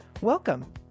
Welcome